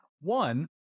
One